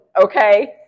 okay